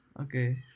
okay